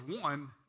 one